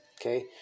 Okay